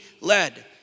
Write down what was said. led